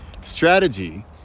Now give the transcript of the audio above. strategy